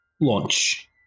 launch